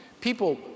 people